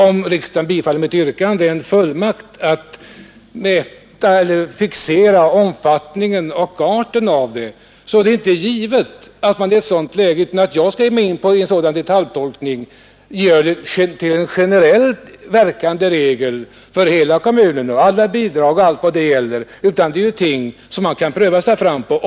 Om riksdagen bifaller mitt yrkande får Kungl. Maj:t fullmakt att fixera såväl omfattningen som regler för utbetalningen av bidragen. Detta är ett område där man kan pröva sig fram.